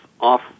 off